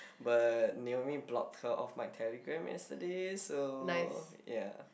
but Naomi block her off my Telegram yesterday so ya